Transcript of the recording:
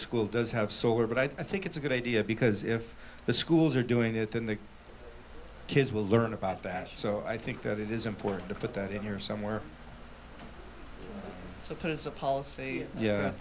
school does have solar but i think it's a good idea because if the schools are doing it and the kids will learn about that so i think that it is important to put that in here somewhere to put it's a policy yeah